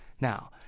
Now